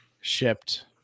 shipped